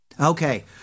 Okay